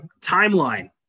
Timeline